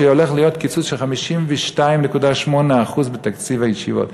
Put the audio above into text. שהולך להיות קיצוץ של 52.8% בתקציב הישיבות.